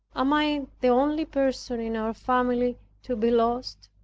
am i the only person in our family to be lost?